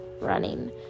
running